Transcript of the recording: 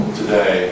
today